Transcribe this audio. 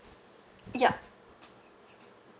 ya